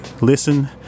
listen